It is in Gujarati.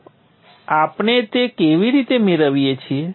તો આપણે તે કેવી રીતે મેળવીએ છીએ